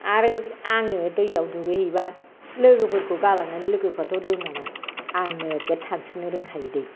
आरो आङो दैयाव दुगैहैबा लोगोफोरखौ गालांनानै लोगोफ्राथ' रोङा ना आं नोगोद सानस्रिनो रोंखायो दै